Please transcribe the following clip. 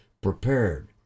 prepared